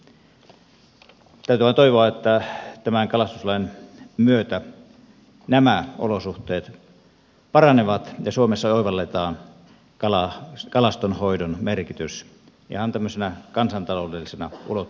täytyy vain toivoa että tämän kalastuslain myötä nämä olosuhteet paranevat ja suomessa oivalletaan kalastonhoidon merkitys ihan tämmöisenä kansantaloudellisena ulottuvuutena